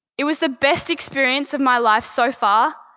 it was the best experience of my life so far,